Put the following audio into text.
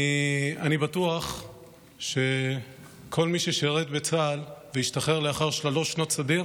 אני בטוח שכל מי ששירת בצה"ל והשתחרר לאחר שלוש שנות סדיר